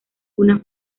una